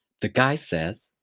the guy says,